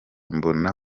mbona